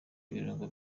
ibirungo